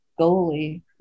goalie